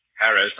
Harris